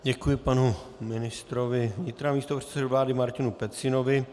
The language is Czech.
Děkuji panu ministrovi vnitra, místopředsedovi vlády Martinu Pecinovi.